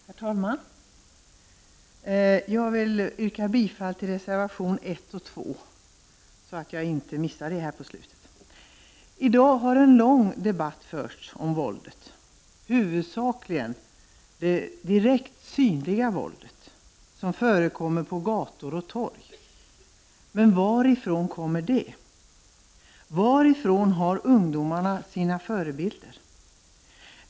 Herr talman! Jag vill yrka bifall till reservationerna 1 och 2. I dag har en lång debatt förts om våldet, huvudsakligen det direkt synliga våldet, som förekommer på gator och torg. Men varifrån kommer det? Varifrån har ungdomarna sina förebilder?